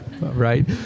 right